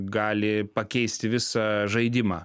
gali pakeisti visą žaidimą